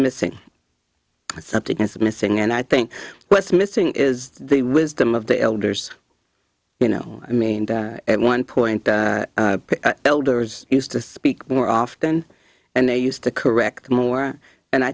missing something is missing and i think what's missing is the wisdom of the elders you know i mean at one point elders used to speak more often and they used to correct more and i